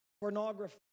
pornography